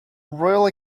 royal